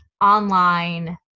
online